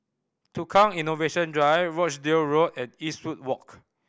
Tukang Innovation Drive Rochdale Road and Eastwood Walk